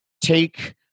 take